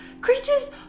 creatures